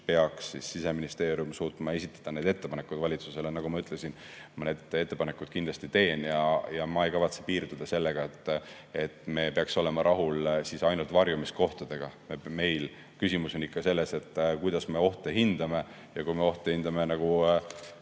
peaks Siseministeerium suutma esitada need ettepanekud valitsusele. Nagu ma ütlesin, mõned ettepanekud ma kindlasti teen, ja ma ei kavatse piirduda sellega, et me peaksime olema rahul ainult varjumiskohtadega. Küsimus on ikka selles, kuidas me ohte hindame. Ja kui me ohte hindame, nagu